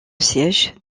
sièges